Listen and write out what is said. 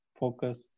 focus